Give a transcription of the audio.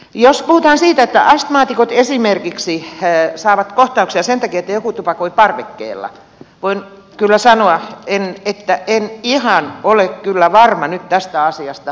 jos puhutaan siitä että astmaatikot esimerkiksi saavat kohtauksia sen takia että joku tupakoi parvekkeella voin kyllä sanoa että en ihan ole kyllä varma nyt tästä asiasta